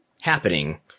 happening